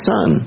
Son